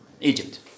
Egypt